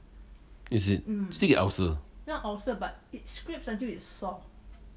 is it still get ulcer uh